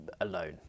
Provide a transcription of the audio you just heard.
alone